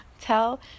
Tell